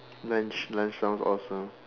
lunch lunch sounds awesome